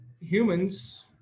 humans